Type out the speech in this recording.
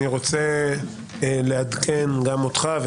אני רוצה לעדכן גם אותך.